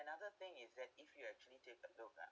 another thing is that if you actually take a look ah